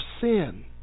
sin